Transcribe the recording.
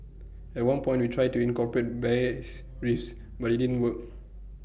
at one point we tried to incorporate bass riffs but IT didn't work